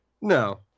No